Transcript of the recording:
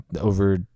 over